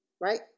right